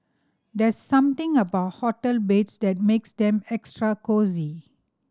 there's something about hotel beds that makes them extra cosy